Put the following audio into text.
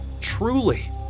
Truly